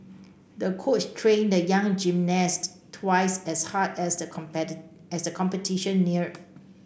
the coach trained the young gymnast twice as hard as the as the competition neared